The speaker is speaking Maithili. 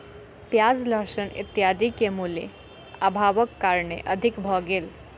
प्याज लहसुन इत्यादि के मूल्य, अभावक कारणेँ अधिक भ गेल